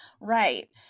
Right